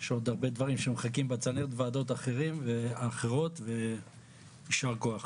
יש עוד הרבה דברים שמחכים - יישר כוח.